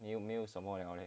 没有什么了